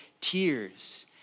tears